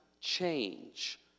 change